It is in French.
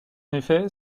effet